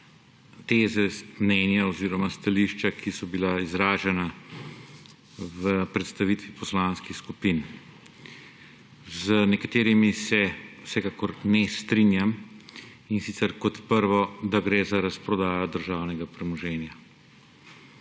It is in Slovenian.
teze, mnenja oziroma stališča, ki so bila izražena v predstavitvi poslanskih skupin. Z nekaterimi se vsekakor ne strinjam, in sicer kot prvo, da gre za razprodajo državnega premoženja.